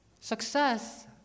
success